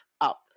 up